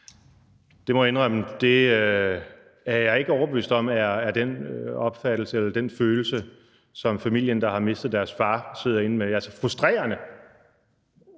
Det må jeg indrømme jeg ikke er overbevist om er den følelse, som familien, der har mistet deres far, sidder inde med, altså frustrerende.